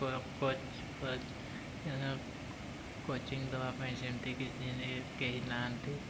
କୋଚ୍ଫୋଚ୍ coaching ଦେବା ପାଇଁ ସେମିତି କେହି ନାହାନ୍ତି